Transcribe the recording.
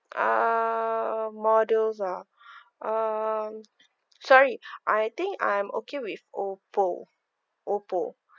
um models ah um sorry I think I'm okay with Oppo Oppo